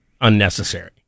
unnecessary